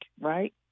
right